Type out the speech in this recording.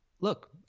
look